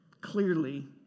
clearly